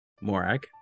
Morag